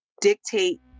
dictate